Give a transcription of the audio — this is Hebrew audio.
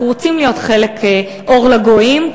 אנחנו רוצים להיות "אור לגויים",